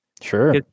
Sure